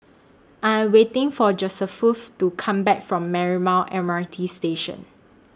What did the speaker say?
I Am waiting For Josephus to Come Back from Marymount M R T Station